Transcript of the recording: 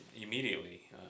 immediately